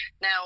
now